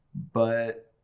but.